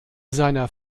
seiner